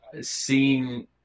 seeing